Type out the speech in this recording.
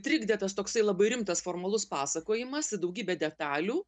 trikdė tas toksai labai rimtas formalus pasakojimas daugybė detalių